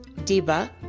Diba